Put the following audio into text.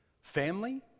family